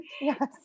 yes